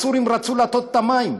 הסורים רצו להטות את המים,